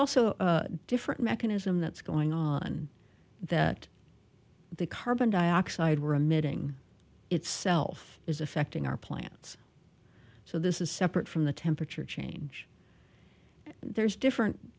also a different mechanism that's going on that the carbon dioxide we're emitting itself is affecting our plants so this is separate from the temperature change there's different